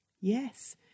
Yes